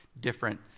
different